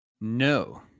No